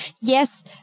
Yes